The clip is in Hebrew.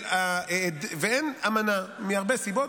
ואין אמנה מהרבה סיבות,